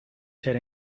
ser